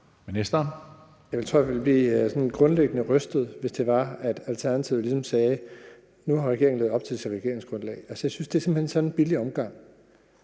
Jeg tror, jeg ville blive sådan grundlæggende rystet, hvis Alternativet ligesom sagde: Nu har regeringen levet op til sit regeringsgrundlag. Altså, jeg synes simpelt hen, det er sådan en billig omgang.